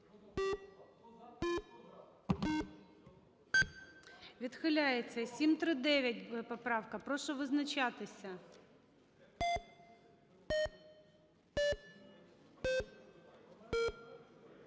Відхиляється. 739 поправка. Прошу визначатись.